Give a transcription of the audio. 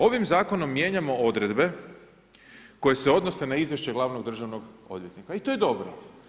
Ovim zakonom mijenjamo odredbe koje se odnose ne izvješće glavnog državnog odvjetnika i to je dobro.